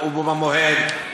ועשו מעשי טבח ב-1948.